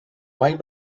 mai